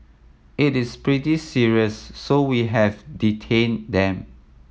it is pretty serious so we have detained them